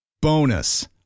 Bonus